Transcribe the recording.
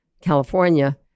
California